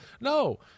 No